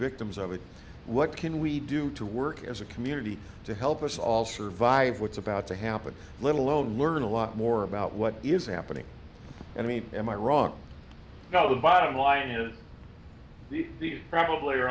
victims of it what can we do to work as a community to help us all survive what's about to happen live alone learn a lot more about what is happening and i mean am i wrong about the bottom line is probably are